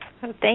Thank